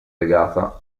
legata